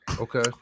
Okay